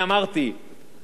אבל בסופו של יום,